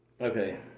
Okay